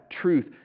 truth